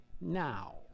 now